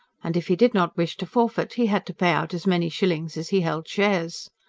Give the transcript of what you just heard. and, if he did not wish to forfeit, he had to pay out as many shillings as he held shares.